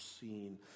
seen